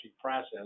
process